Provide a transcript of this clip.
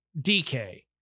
DK